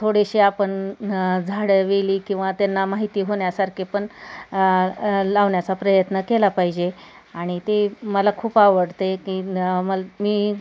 थोडेशीे आपण झाडं वेली किंवा त्यांना माहिती होण्यासारखे पण लावण्याचा प्रयत्न केला पाहिजे आणि ते मला खूप आवडते की म मी